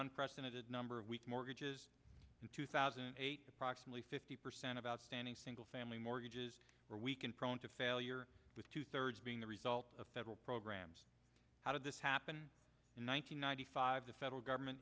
unprecedented number of weak mortgages in two thousand and eight approximately fifty percent of outstanding single family mortgages were weakened prone to failure with two thirds being the result of federal programs how did this happen in one thousand nine hundred five the federal government